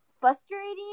frustrating